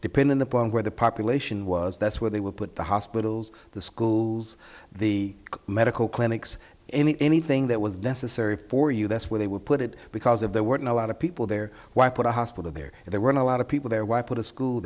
depending upon where the population was that's where they were put the hospitals the schools the medical clinics in anything that was necessary for you that's where they would put it because if there weren't a lot of people there why put a hospital there and there weren't a lot of people there why put a school